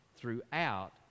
throughout